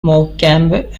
morecambe